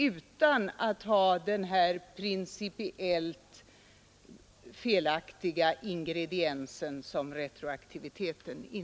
Vi hade då sluppit den principiellt olustiga retroaktiviteten.